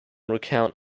recount